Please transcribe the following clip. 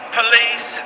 police